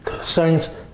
Saints